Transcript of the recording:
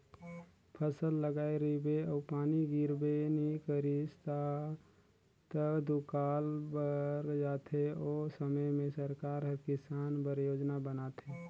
फसल लगाए रिबे अउ पानी गिरबे नी करिस ता त दुकाल पर जाथे ओ समे में सरकार हर किसान बर योजना बनाथे